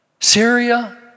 Syria